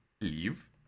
leave